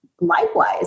Likewise